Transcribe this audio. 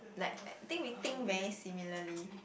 like I think we think very similarly